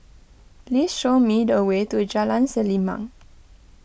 please show me the way to Jalan Selimang